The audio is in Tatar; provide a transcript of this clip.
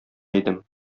идем